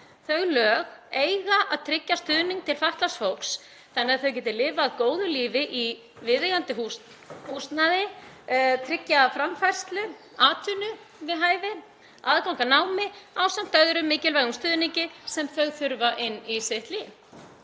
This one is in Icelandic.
Þau lög eiga að tryggja stuðning til fatlaðs fólks þannig að þau geti lifað góðu lífi í viðeigandi húsnæði, tryggja framfærslu og atvinnu við hæfi, aðgang að námi ásamt öðrum mikilvægum stuðningi sem þau þurfa inn í sitt líf.